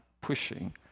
pushing